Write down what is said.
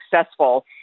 successful